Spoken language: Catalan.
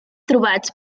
trobats